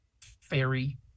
fairy